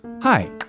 Hi